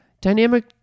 Dynamic